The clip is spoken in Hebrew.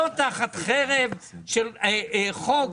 לא תחת חרב של הצעת חוק,